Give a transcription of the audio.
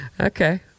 Okay